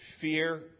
fear